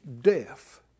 death